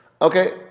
Okay